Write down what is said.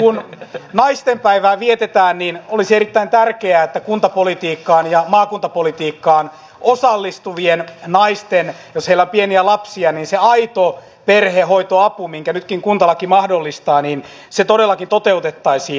kun naistenpäivää vietetään niin olisi erittäin tärkeää että kuntapolitiikkaan ja maakuntapolitiikkaan osallistuvien naisten osalta jos heillä on pieniä lapsia se aito perhehoitoapu minkä nytkin kuntalaki mahdollistaa todellakin toteutettaisiin